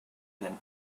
than